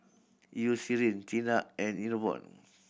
Eucerin Tena and Enervon